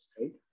right